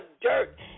dirt